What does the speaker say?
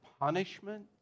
punishment